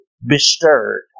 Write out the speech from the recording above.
bestirred